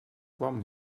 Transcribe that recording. kwam